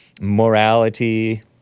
Morality